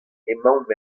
emaomp